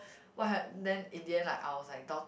what then in the end like I was like dou~